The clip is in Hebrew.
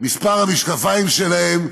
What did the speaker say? מספר המשקפיים שלהם,